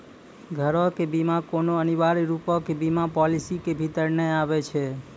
घरो के बीमा कोनो अनिवार्य रुपो के बीमा पालिसी के भीतर नै आबै छै